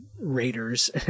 raiders